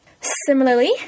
Similarly